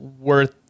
worth